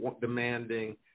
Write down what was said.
demanding